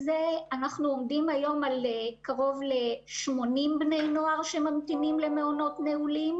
עומדים על קרוב ל-80 בני נוער שממתינים למעונות נעולים.